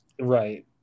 right